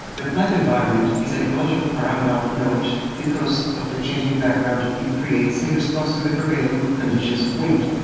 the plant environment is an ecological parameter of note because of the changing background it creates in response to the prevailing conditions of wind,